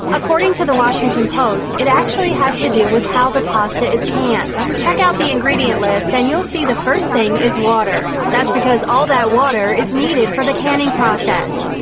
according to the washington post, it actually has to do with how the pasta is canned. check out the ingredient list, and you'll see the first thing is water. that's because all that water is needed for the canning process.